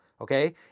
okay